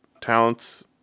talents